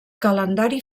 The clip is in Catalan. calendari